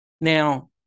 Now